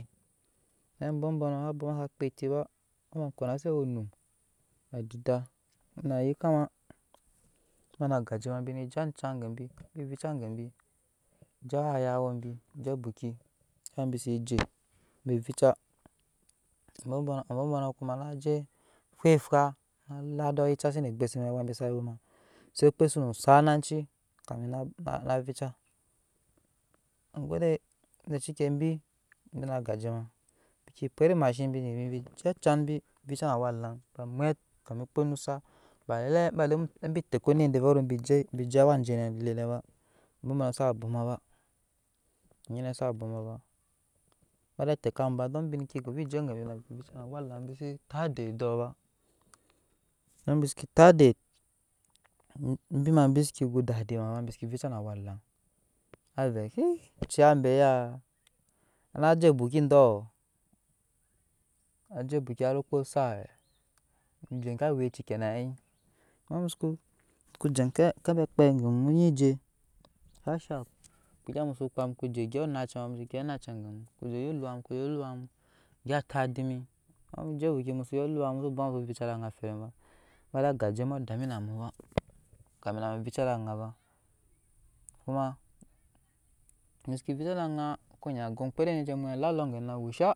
Domi abonbonɔ sa bwoma sa kpaa eti ba ma ma konase owonum adida maa yikkama bi na agajema bine je ajan gebi bi vica gebi zhima ayawa je buki amɛk bisi je bi vica abɔbɔnɔ abɔbɔnɔ kuma saje fweffaw ala edɔɔ yucase ne ogbuse be awa be sa we se okpei sonu sa nacii na vica ma goe tunde zheki ebi na agaje ma bike pwet emashen bi bike je ajan vica na awalaŋ be mwet kami okpei usat bbawe ebi teke anet vɛɛ bi je awa je nɛba anyine sa bwoma ba ba bɛɛ tekambu don bi neke govei je angebi na bi ke vica na awalaŋ bise tat edet dɔɔ ba ama bi seke tat edet ebi ma bseke ge dadi bba bi seke vica na awalaŋ bɛ vɛɛ ociya abe ya na je obui dɔɔ na je obuki hari okpei zadat mije ke awɛci kyɛna hai iinmu suku je ake abe akpai mu nyi je shap shap kpaa egga muso kpaa mukuje. gyep anace ma mu nyi je gyep angemu muku je ya oluwa mu gyaa tatdimi ama mu soko jo obuki mu so ya oluwa mu ba vei vica ede anŋaa eferem kuma agajemu saa dami na muba kami mu vica ede anŋaa ba i seke vica ede anŋaa ko nyɛɛ gan omŋkpede nyini je mwet wusha.